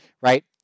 right